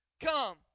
come